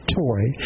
toy